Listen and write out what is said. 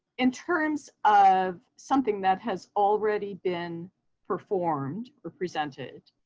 in terms of something that has already been performed or presented,